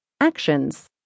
Actions